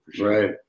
Right